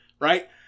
right